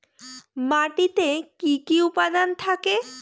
মাটিতে কি কি উপাদান থাকে?